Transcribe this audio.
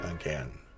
again